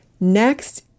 Next